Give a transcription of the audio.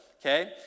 okay